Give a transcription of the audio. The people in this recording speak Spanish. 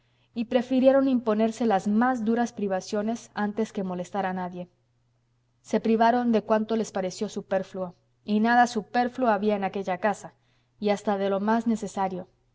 y prefirieron imponerse las más duras privaciones antes que molestar a nadie se privaron de cuanto les pareció superfluo y nada superfluo había en aquella casa y hasta de lo más necesario